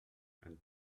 and